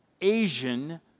Asian